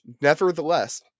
nevertheless